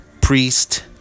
priest